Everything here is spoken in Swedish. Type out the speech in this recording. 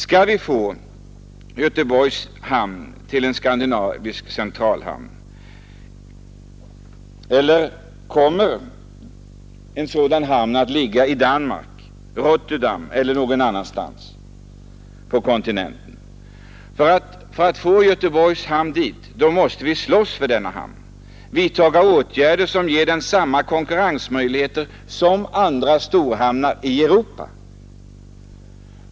Skall vi få Göteborgs hamn till en skandinavisk centralhamn eller kommer en sådan hamn att ligga i Danmark eller Rotterdam eller någon annanstans på kontinenten? För att få Göteborgs hamn till centralhamn måste vi slåss för saken, vidta åtgärder som ger Göteborg samma konkurrensmöjligheter som andra storhamnar i Europa.